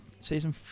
Season